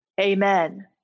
Amen